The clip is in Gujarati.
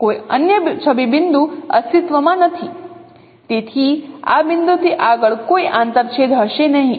કોઈ અન્ય છબી બિંદુ અસ્તિત્વ માં નથી તે આ બિંદુથી આગળ કોઈ આંતરછેદ હશે નહીં